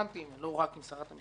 לא רק עם שרת המשפטים.